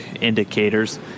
indicators